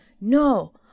no